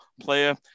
player